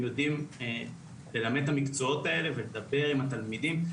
יודעים ללמד את המקצועות האלה ולדבר עם התלמידים.